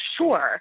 sure